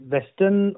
Western